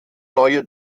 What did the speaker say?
neue